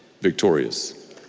victorious